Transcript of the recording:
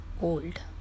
old